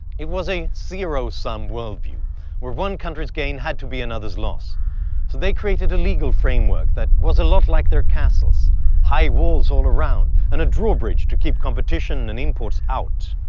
it was a zero-sum worldview where one country's gain had to be another's loss. so they created a legal framework that was a lot like their castles high walls all around, and a drawbridge to keep competition and imports out.